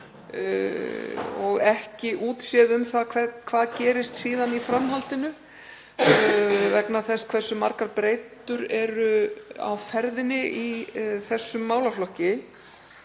og ekki útséð um það hvað gerist síðan í framhaldinu vegna þess hversu margar breytur eru á ferðinni í þessum málaflokki.